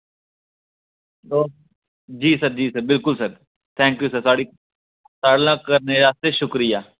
जी sir जी sir thank you बिल्कुल sir थुआढ़ी मेरे आस्तै शुक्रिया